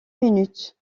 minutes